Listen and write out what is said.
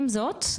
עם זאת,